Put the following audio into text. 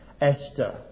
Esther